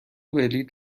بلیط